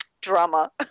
drama